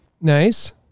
Nice